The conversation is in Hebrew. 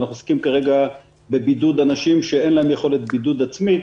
אנחנו עוסקים כרגע בבידוד אנשים שאין להם יכולת בידוד עצמית.